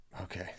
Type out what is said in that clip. Okay